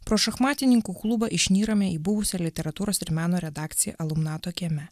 pro šachmatininkų klubą išnyrame į buvusę literatūros ir meno redakciją alumnato kieme